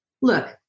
look